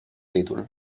títol